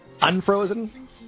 Unfrozen